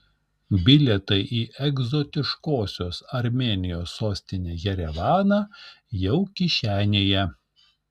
bilietai į egzotiškosios armėnijos sostinę jerevaną jau kišenėje